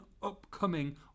Upcoming